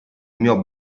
mio